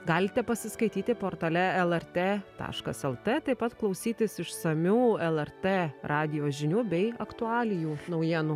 galite pasiskaityti portale lrt taškas el t taip pat klausytis išsamių lrt radijo žinių bei aktualijų naujienų